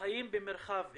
חיים במרחב אחד,